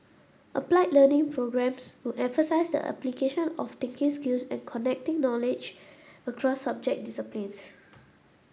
applied Learning programmes will emphasise the application of thinking skills and connecting knowledge across subject disciplines